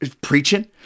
preaching